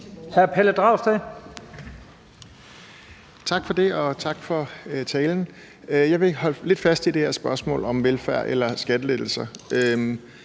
Tak for det, og tak for talen. Jeg vil holde lidt fast i det her spørgsmål om velfærd eller skattelettelser,